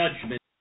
judgment